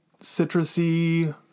citrusy